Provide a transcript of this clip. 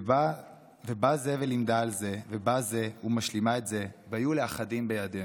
ובא זה ולימדה על זה ובא זה ומשלימה את זה והיו לאחדים בידינו.